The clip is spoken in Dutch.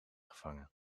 gevangen